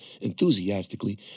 enthusiastically